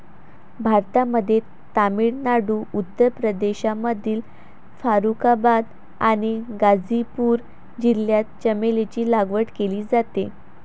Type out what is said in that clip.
भारतामध्ये तामिळनाडू, उत्तर प्रदेशमधील फारुखाबाद आणि गाझीपूर जिल्ह्यात चमेलीची लागवड केली जाते